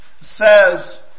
says